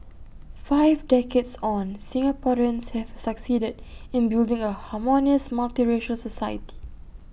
five decades on Singaporeans have succeeded in building A harmonious multiracial society